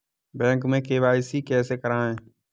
Bank में KYC कैसे करायें?